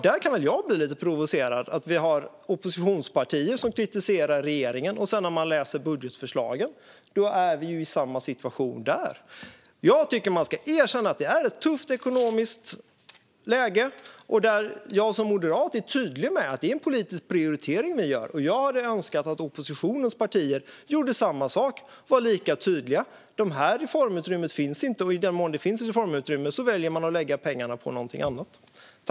Där kan jag bli lite provocerad: Vi har oppositionspartier som kritiserar regeringen, men läser man budgetförslagen ser man att vi är i samma situation där. Jag tycker att man ska erkänna att det är ett tufft ekonomiskt läge. Som moderat är jag tydlig med att det är en politisk prioritering vi gör. Jag hade önskat att oppositionens partier gjorde samma sak och var lika tydliga. Det här reformutrymmet finns inte, och i den mån det finns reformutrymme väljer man att lägga pengarna på något annat.